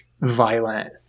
violent